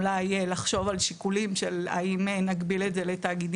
אולי יהיה לחשוב על שיקולים של האם נגביל את זה לתאגידים